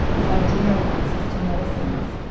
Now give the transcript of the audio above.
this idea of access to medicines,